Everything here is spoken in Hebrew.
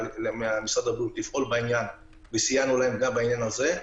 משרד הבריאות ביקש שנפעל בעניין וסייענו להם גם בעניין הזה.